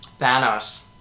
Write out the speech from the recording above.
Thanos